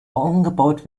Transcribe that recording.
angebaut